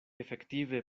efektive